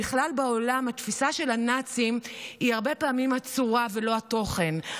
בכלל בעולם התפיסה של הנאצים היא הרבה פעמים הצורה ולא התוכן,